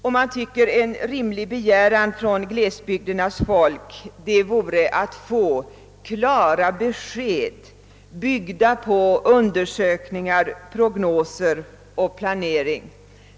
Det måste anses vara en rimlig begäran att de människor som bor i glesbygderna får klara besked, byggda på undersökningar, prognoser och planering.